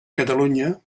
catalunya